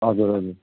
हजुर हजुर